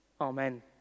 Amen